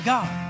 God